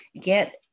get